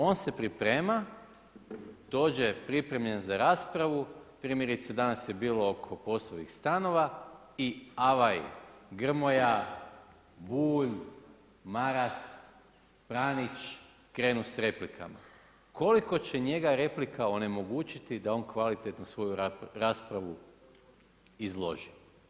On se priprema, dođe pripremljen za raspravu, primjerice danas je bilo oko poslovnih stanova i avaj Grmoja, Bulj, Maras, Franjić, krenu s replikama, koliko će njega replika onemogućiti da on kvalitetno svoju raspravu izloži?